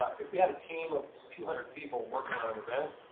ah if we had a team of two hundred people working on an event,